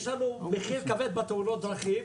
יש לנו מחיר כבד בתאונות הדרכים.